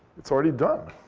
it's already done.